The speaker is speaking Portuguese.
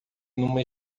numa